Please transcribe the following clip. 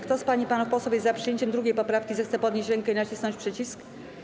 Kto z pań i panów posłów jest za przyjęciem 2. poprawki, zechce podnieść rękę i nacisnąć przycisk.